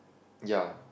ya